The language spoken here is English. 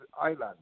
Island